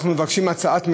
אנחנו מבקשים הצעת מחיר,